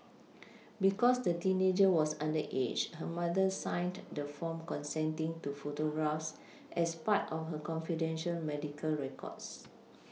because the teenager was underage her mother signed the form consenting to photographs as part of her confidential medical records